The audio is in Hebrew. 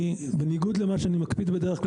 בניגוד למה שאני מקפיד בדרך כלל,